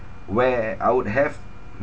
where I would have